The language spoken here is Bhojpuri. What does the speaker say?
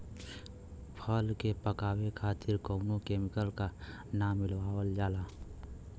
फल के पकावे खातिर कउनो केमिकल ना मिलावल जाला